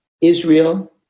Israel